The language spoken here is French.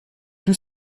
tous